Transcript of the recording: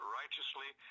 righteously